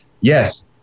Yes